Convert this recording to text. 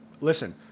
listen